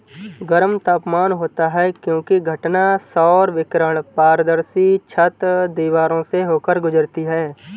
गर्म तापमान होता है क्योंकि घटना सौर विकिरण पारदर्शी छत, दीवारों से होकर गुजरती है